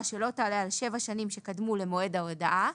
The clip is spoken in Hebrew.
שלא תעלה על שבע שנים שקדמו למועד ההודעה.